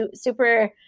super